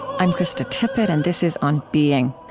i'm krista tippett, and this is on being.